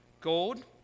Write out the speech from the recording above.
gold